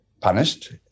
punished